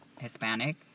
Hispanic